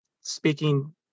speaking